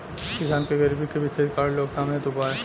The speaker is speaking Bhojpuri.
किसान के गरीबी के विशेष कारण रोकथाम हेतु उपाय?